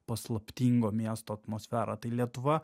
paslaptingo miesto atmosferą tai lietuva